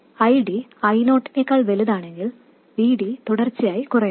ID I0 നേക്കാൾ വലുതാണെങ്കിൽ VD തുടർച്ചയായി കുറയുന്നു